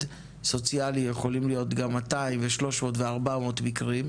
סוציאלי יכולים להיות גם 200-300-400 מקרים,